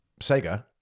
Sega